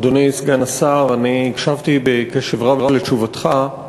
אדוני סגן השר, הקשבתי בקשב רב לתשובתך,